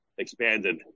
expanded